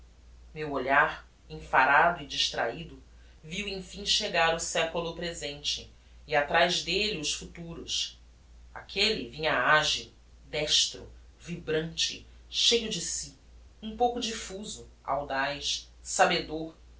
meu olhar enfarado e distrahido viu emfim chegar o seculo presente e atraz delle os futuros aquelle vinha agil destro vibrante cheio de si um pouco diffuso audaz sabedor